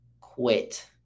Quit